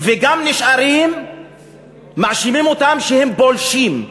וגם מאשימים אותם שהם פולשים,